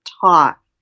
talk